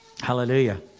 Hallelujah